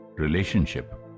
relationship